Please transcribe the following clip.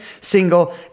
single